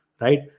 Right